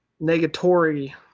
Negatory